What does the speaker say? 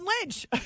Lynch